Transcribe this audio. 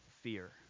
fear